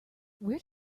where